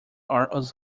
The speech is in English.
are